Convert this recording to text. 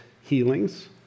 healings